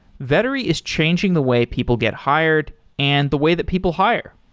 vettery is changing the way people get hired and the way that people hire.